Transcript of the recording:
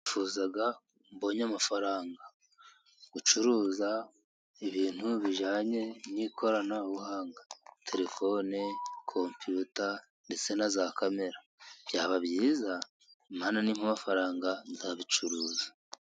Nifuza mbonye amafaranga gucuruza ibintu bijyanye n'ikoranabuhanga: telefone ,kompiyuta, ndetse na za kamera byaba byiza. Imana n'impa amafararanga nzabicuruza.